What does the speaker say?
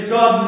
God